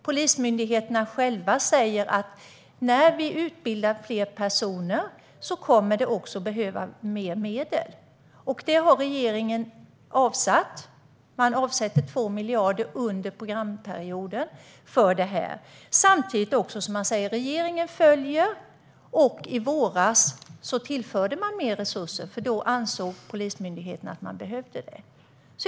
Polismyndigheten själv säger att när man utbildar fler personer kommer det också att behövas mer medel. Detta har regeringen avsatt - regeringen avsätter 2 miljarder under programperioden för detta. I våras tillförde regeringen mer resurser, eftersom Polismyndigheten ansåg att det behövdes.